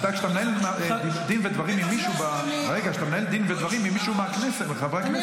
כשאתה מנהל דין ודברים עם מישהו מחברי הכנסת ----- נכון,